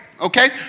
Okay